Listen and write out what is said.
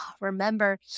remember